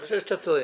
אני חושב שאתה טועה.